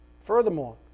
Furthermore